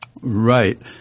Right